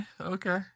okay